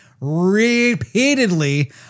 repeatedly